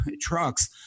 trucks